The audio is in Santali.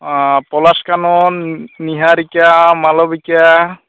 ᱚᱸᱻ ᱯᱚᱞᱟᱥ ᱠᱟᱱᱚᱱ ᱱᱤᱦᱟᱨᱤᱠᱟ ᱢᱟᱞᱚᱵᱤᱠᱟ